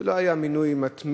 וזה לא היה מינוי מתמיה.